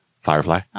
Firefly